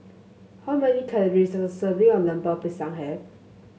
how many calories does a serving of Lemper Pisang have